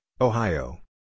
Ohio